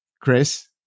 Chris